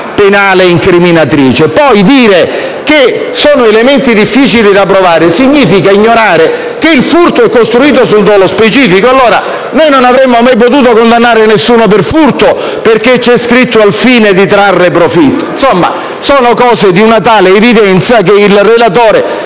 penale incriminatrice. Dire poi che sono elementi difficili da provare significa ignorare che il furto è costruito sul dolo specifico, altrimenti non avremmo mai potuto condannare nessuno per furto perché c'è scritto «al fine di trarre profitto». Sono cose di una tale evidenza che il relatore